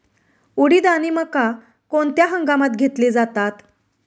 उडीद आणि मका कोणत्या हंगामात घेतले जातात?